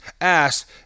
asked